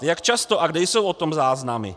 Jak často a kde jsou o tom záznamy?